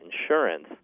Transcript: insurance